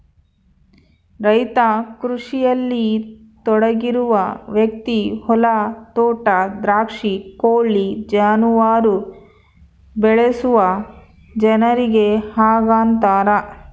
ರೈತ ಕೃಷಿಯಲ್ಲಿ ತೊಡಗಿರುವ ವ್ಯಕ್ತಿ ಹೊಲ ತೋಟ ದ್ರಾಕ್ಷಿ ಕೋಳಿ ಜಾನುವಾರು ಬೆಳೆಸುವ ಜನರಿಗೆ ಹಂಗಂತಾರ